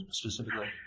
specifically